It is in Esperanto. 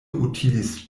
utilis